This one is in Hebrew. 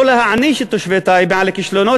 לא להעניש את תושבי טייבה על הכישלונות